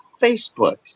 Facebook